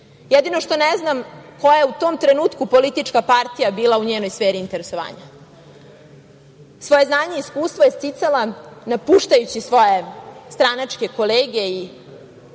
jedino što ne znam koja je u tom trenutku politička partija bila u njenoj sferi interesovanja? Svoje znanje i iskustvo je sticala napuštajući svoje stranačke kolege i